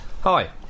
Hi